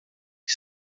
que